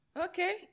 Okay